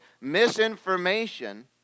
misinformation